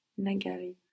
nagari